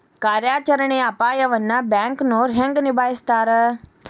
ಕಾರ್ಯಾಚರಣೆಯ ಅಪಾಯವನ್ನ ಬ್ಯಾಂಕನೋರ್ ಹೆಂಗ ನಿಭಾಯಸ್ತಾರ